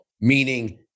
meaning